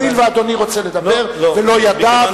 הואיל ואדוני רוצה לדבר ולא ידע,